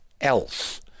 else